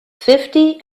fifty